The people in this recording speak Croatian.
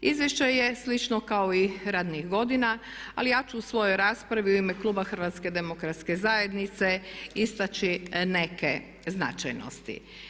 Izvješće je slično kao i ranijih godina ali ja ću u svojoj raspravi u ime Kluba HDZ-a istaći neke značajnosti.